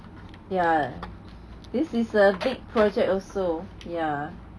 ya this is a big project also ya